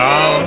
Now